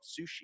sushi